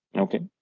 okay,